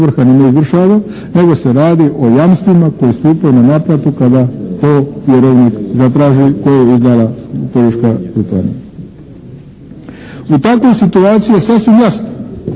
U takvoj situaciji je sasvim jasno